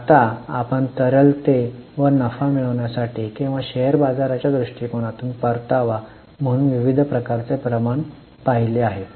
आता आपण तरलते वा नफा मिळवण्यासाठी किंवा शेअर बाजाराच्या कोनातून परतावा म्हणून विविध प्रकारचे प्रमाण पाहिले आहे